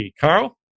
Carl